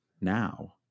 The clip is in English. now